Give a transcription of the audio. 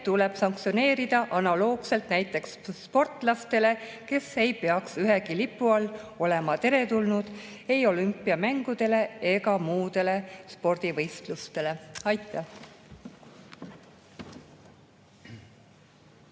tuleb sanktsioneerida analoogselt näiteks sportlastele, kes ei peaks olema ühegi lipu all teretulnud ei olümpiamängudele ega muudele spordivõistlustele. Aitäh!